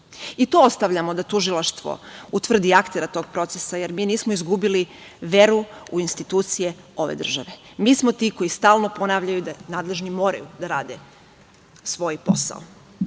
Ostavljamo da tužilaštvo utvrdi aktera tog procesa, jer mi nismo izgubili veru u institucije ove države. Mi smo ti koji stalno ponavljaju da nadležni moraju da rade svoj posao.Za